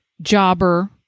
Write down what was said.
Jobber